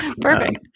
Perfect